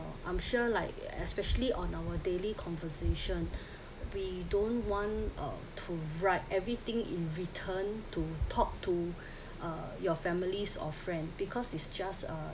I'm sure like especially on our daily conversation we don't want uh to write everything in written to talk to uh your families or friends because it's just a